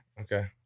okay